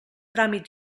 tràmit